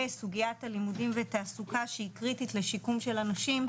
וסוגיית הלימודים ותעסוקה שהיא קריטית לשיקום של אנשים,